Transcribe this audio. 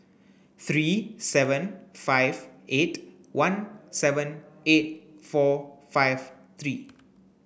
three seven five eight one seven eight four five three